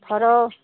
फेरो